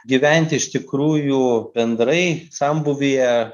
gyventi iš tikrųjų bendrai sambūvyje